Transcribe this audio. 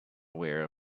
aware